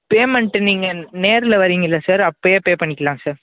payment நீங்கள் நேரில் வரீங்களா சார் அப்போயே பே பண்ணிக்கலாம் சார்